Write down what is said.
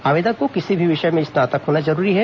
आवेदक को किसी भी विषय में स्नातक होना जरूरी है